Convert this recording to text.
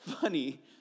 funny